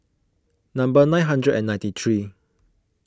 number nine hundred and ninety three